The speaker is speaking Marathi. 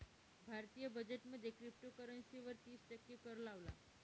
भारतीय बजेट मध्ये क्रिप्टोकरंसी वर तिस टक्के कर लावला